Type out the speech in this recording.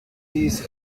dies